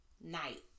Night